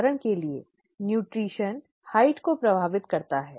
उदाहरण के लिए पोषण ऊंचाई को प्रभावित करता है